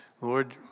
Lord